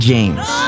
James